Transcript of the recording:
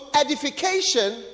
edification